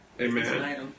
Amen